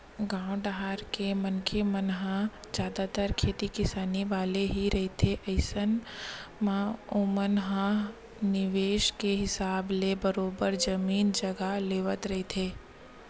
गाँव डाहर के मनखे मन ह जादतर खेती किसानी वाले ही रहिथे अइसन म ओमन ह निवेस के हिसाब ले बरोबर जमीन जघा लेवत रहिथे